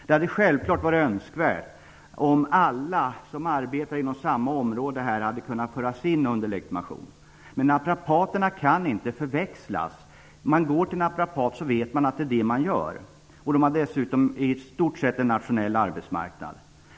Det hade självklart varit önskvärt att alla som arbetar inom samma område hade kunnat få sin legitimation. Men naprapaterna kan inte förväxlas. När man går till en naprapat vet man vad man får för behandling. Dessa har en i stort sett nationell arbetsmarknad.